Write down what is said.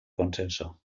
consenso